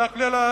תסלח לי, אדוני.